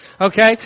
Okay